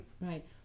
right